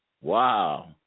Wow